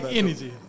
energy